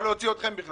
או להוציא אתכם.